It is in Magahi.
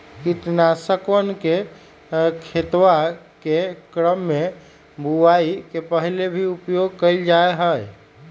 कीटनाशकवन के खेतवा के क्रम में बुवाई के पहले भी उपयोग कइल जाहई